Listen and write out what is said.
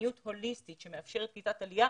מדיניות הוליסטית שמאפשרת קליטת עלייה